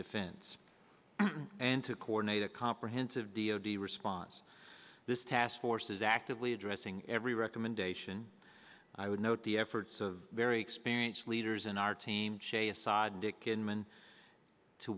defense and to coordinate a comprehensive d o d response this task force is actively addressing every recommendation i would note the efforts of very experienced leaders in our team jay assad and dick inman to